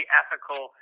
ethical